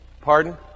pardon